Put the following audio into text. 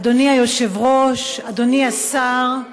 אדוני היושב-ראש, אדוני השר,